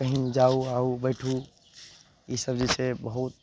कहीं जाउ आउ बैठू ई सभ जे छै बहुत